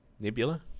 Nebula